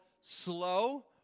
slow